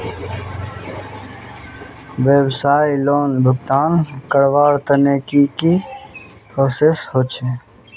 व्यवसाय लोन भुगतान करवार तने की की प्रोसेस होचे?